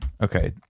okay